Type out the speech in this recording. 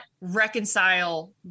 reconcile